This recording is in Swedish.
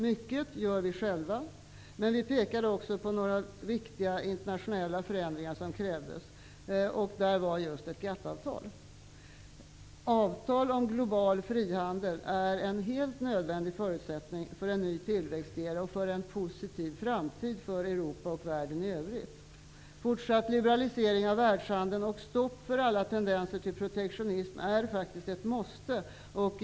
Mycket gör vi själva, men vi pekade också på några viktiga internationella förändringar som krävdes, däribland ett GATT Avtal om global frihandel är en helt nödvändig förutsättning för en ny tillväxtera och för en positiv framtid för Europa och världen i övrigt. Fortsatt liberalisering av världshandeln och stopp för alla tendenser till protektionism är faktiskt ett måste.